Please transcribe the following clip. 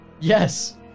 Yes